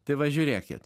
tai va žiūrėkit